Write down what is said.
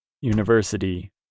university